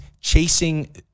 chasing